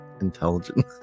Intelligent